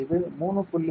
இது 3